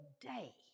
day